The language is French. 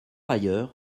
ailleurs